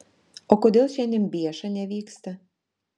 o kodėl šiandien bieša nevyksta